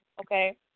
Okay